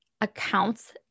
Accounts